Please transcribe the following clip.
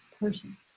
person